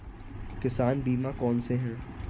किसान बीमा कौनसे हैं?